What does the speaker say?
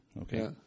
Okay